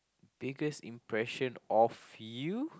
biggest impression of you